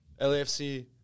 LAFC